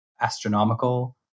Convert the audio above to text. astronomical